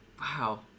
Wow